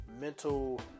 mental